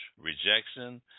rejection